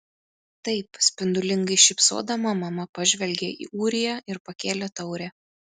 taip spindulingai šypsodama mama pažvelgė į ūriją ir pakėlė taurę